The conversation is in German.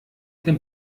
dem